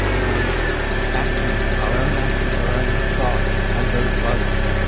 and actions, our own actions, our own thoughts, and those of others.